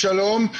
שלום,